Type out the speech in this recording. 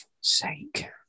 sake